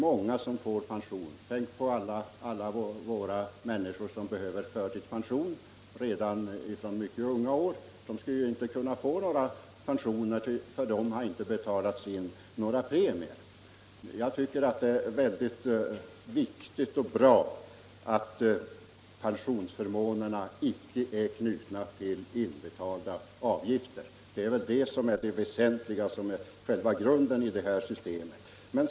Många som nu får pension — tänk på alla människor som behöver förtidspension redan från mycket unga år — skulle ju inte kunna få några pensioner därför att de inte har betalat några premier. Jag tycker att det är väldigt viktigt och bra att pensionsförmånerna icke är knutna till inbetalda avgifter. Det är väl det som är det väsentliga, som är själva grunden i det här systemet.